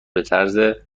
موثر